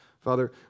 Father